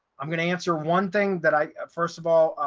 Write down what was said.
i'm gonna answer one thing that i first of all,